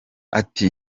ati